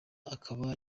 akaba